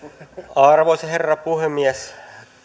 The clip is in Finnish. arvoisa herra puhemies